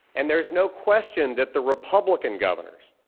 and there's no question that the republican governors,